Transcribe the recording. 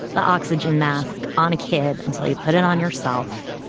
the oxygen mask on a kid until you put it on yourself.